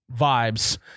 vibes